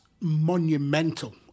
monumental